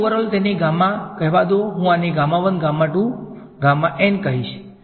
તેથી ઓવરોલ તેને ગામા કહેવા દો અને હું આને કહીશ